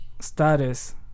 Status